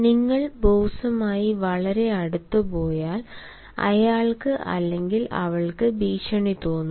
നിങ്ങൾ ബോസുമായി വളരെ അടുത്ത് പോയാൽ അയാൾക്ക് അല്ലെങ്കിൽ അവൾക്ക് ഭീഷണി തോന്നുന്നു